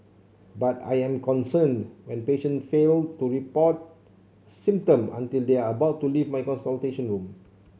but I am concerned when patients fail to report a symptom until they are about to leave my consultation room